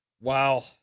Wow